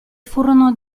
furono